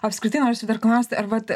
apskritai norisi dar klausti ar vat